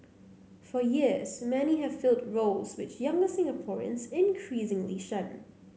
for years many have filled roles which younger Singaporeans increasingly shun